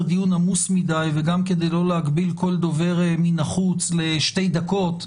דיון עמוס מדי וגם כדי לא להגביל כל דובר מן החוץ לשתי דקות,